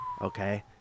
Okay